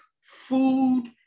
food